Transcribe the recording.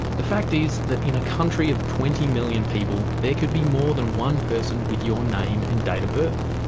the fact is that in a country of twenty million people there could be more than one person with your name and date of birth,